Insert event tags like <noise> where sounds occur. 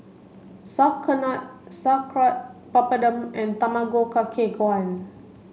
<unintelligible> Sauerkraut Papadum and Tamago Kake Gohan